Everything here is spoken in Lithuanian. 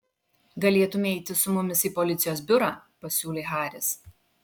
galėtumei eiti su mumis į policijos biurą pasiūlė haris